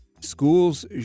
Schools